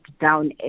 down